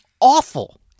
awful